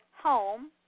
home